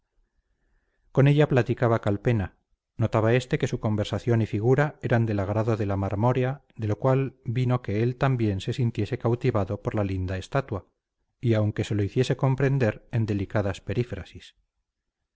con ella platicaba calpena notaba este que su conversación y figura eran del agrado de la marmórea de lo cual vino que él también se sintiese cautivado por la linda estatua y aun que se lo hiciese comprender en delicadas